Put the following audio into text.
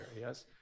Yes